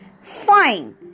Fine